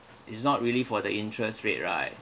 it's not really for the interest rate right